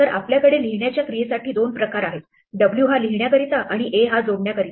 तर आपल्याकडे लिहिण्याच्या क्रियेसाठी दोन प्रकार आहेत 'w' हा लिहिण्याकरिता आणि 'a' हा जोडण्याकरिता